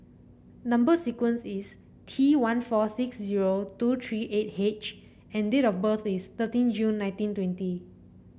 number sequence is T one four six zero two three eight H and date of birth is thirteen June nineteen twenty